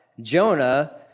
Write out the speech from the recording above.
Jonah